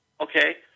okay